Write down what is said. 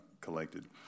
collected